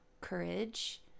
courage